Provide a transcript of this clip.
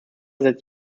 that